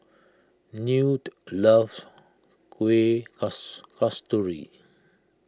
Newt loves Kueh Kasturi